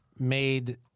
made